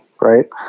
right